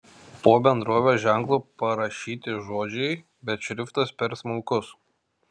po bendrovės ženklu parašyti žodžiai bet šriftas per smulkus